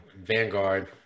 Vanguard